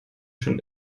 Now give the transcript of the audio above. schon